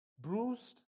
bruised